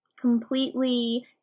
completely